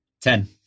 Ten